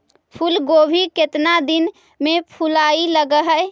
फुलगोभी केतना दिन में फुलाइ लग है?